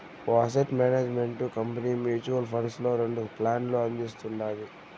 ఒక asset management company mutual funds లో రెండు ప్లాన్లు అందిస్తుండాది